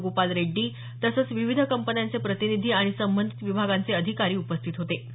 वेणूगोपाल रेड्डी तसंच विविध कंपन्याचे प्रतिनिधी आणि संबंधित विभागांचे अधिकारी उपस्थित होते